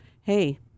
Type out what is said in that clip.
Hey